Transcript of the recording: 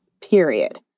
period